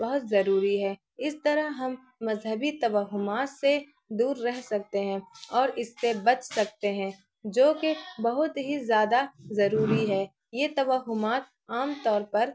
بہت ضروری ہے اس طرح ہم مذہبی توہمات سے دور رہ سکتے ہیں اور اس سے بچ سکتے ہیں جو کہ بہت ہی زیادہ ضروری ہے یہ توہمات عام طور پر